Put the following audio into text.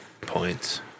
Points